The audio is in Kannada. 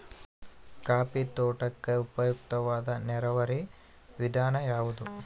ಕಾಫಿ ತೋಟಕ್ಕೆ ಉಪಯುಕ್ತವಾದ ನೇರಾವರಿ ವಿಧಾನ ಯಾವುದು?